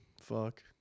Fuck